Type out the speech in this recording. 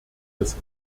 des